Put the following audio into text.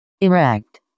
erect